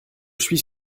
suis